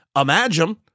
imagine